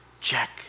Check